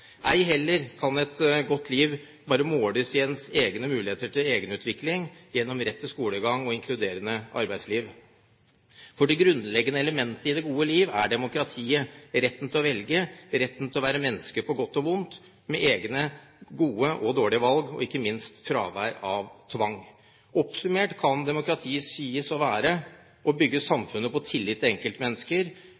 Ei heller kan et godt liv bare måles i ens egne muligheter til egenutvikling gjennom rett til skolegang og inkluderende arbeidsliv. For det grunnleggende elementet i det gode liv er demokratiet – retten til å velge – retten til å være menneske på godt og vondt med egne gode, og dårlige, valg, og, ikke minst, fravær av tvang. Oppsummert kan demokrati sies å være å